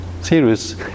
Serious